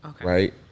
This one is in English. Right